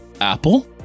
Apple